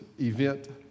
event